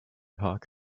hoc